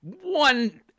one